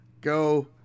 Go